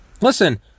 Listen